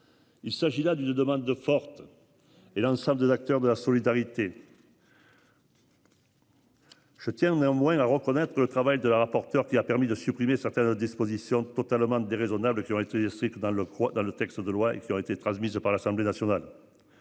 Il s'agit là d'une demande forte. Et l'ensemble des acteurs de la solidarité. Je tiens néanmoins à reconnaître le travail de la rapporteure qui a permis de supprimer certaines dispositions totalement déraisonnable qui aurait été dans le croit dans le texte de loi et qui aurait été transmise par l'Assemblée nationale.